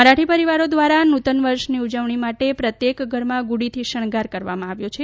મરાઠી પરિવારો દ્વારા નૂતનવર્ષની ઉજવણી માટે પ્રત્યેક ઘરમાં ગુડીથી શણગાર કરવામાં આવ્યા છે